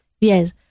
yes